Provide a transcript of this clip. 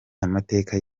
amateka